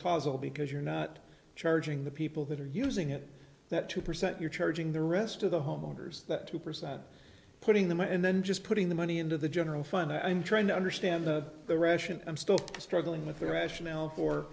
causal because you're not charging the people that are using it that two percent you're charging the rest of the homeowners that two percent putting them and then just putting the money into the general fund i'm trying to understand the rationale i'm still struggling with the rationale for